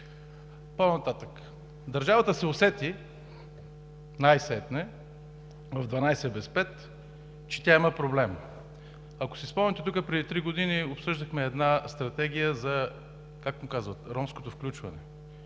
По-нататък. Държавата се усети най-сетне, в дванадесет без пет, че тя има проблем. Ако си спомняте, тук преди три години обсъждахме една Стратегия за ромското включване.